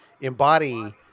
embody